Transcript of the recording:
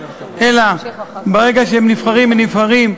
אלא ברגע שהם נבחרים הם נבחרים,